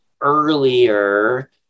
earlier